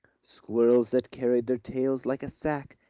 squirrels that carried their tails like a sack,